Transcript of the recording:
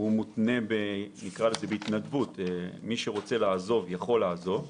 מותנה בהתנדבות, מי שרוצה לעזוב יכול לעזוב.